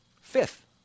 Fifth